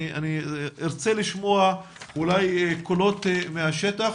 ארצה לשמוע קולות מהשטח,